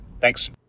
Thanks